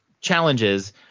challenges